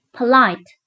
Polite